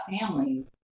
families